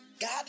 God